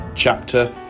Chapter